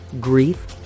grief